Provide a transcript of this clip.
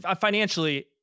financially